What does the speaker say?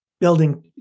building